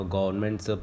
Governments